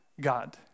God